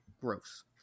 Gross